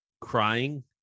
crying